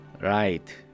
right